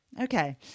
Okay